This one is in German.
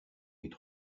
mit